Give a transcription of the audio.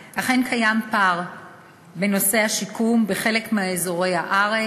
3. האם השיקום הרפואי במקומות